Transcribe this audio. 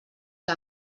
que